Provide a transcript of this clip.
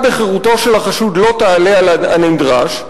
בחירותו של החשוד לא תעלה על הנדרש,